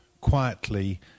quietly